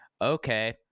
okay